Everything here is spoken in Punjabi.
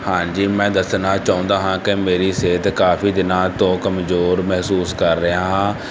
ਹਾਂਜੀ ਮੈਂ ਦੱਸਣਾ ਚਾਹੁੰਦਾ ਹਾਂ ਕਿ ਮੇਰੀ ਸਿਹਤ ਕਾਫੀ ਦਿਨਾਂ ਤੋਂ ਕਮਜ਼ੋਰ ਮਹਿਸੂਸ ਕਰ ਰਿਹਾ ਹਾਂ